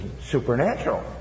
supernatural